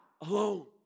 alone